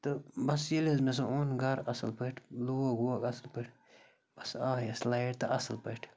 تہٕ بَس ییٚلہِ حظ مےٚ سُہ اوٚن گَرٕ اَصٕل پٲٹھۍ لوگ ووگ اَصٕل پٲٹھۍ بَس آے اَسہِ لایِٹ تہٕ اَصٕل پٲٹھۍ